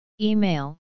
Email